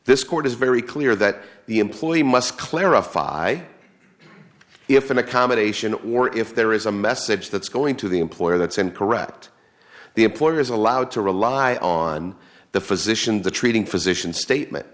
this court is very clear that the employee must clarify if an accommodation or if there is a message that's going to the employer that same correct the employer is allowed to rely on the physician the treating physician statement